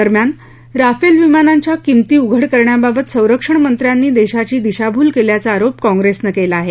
दरम्यान राफेल विमानांच्या किंमती उघड करण्याबाबत संरक्षणमंत्र्यांनी देशाची दिशाभूल केल्याचा आरोप काँग्रेसनं केला आहे